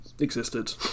existed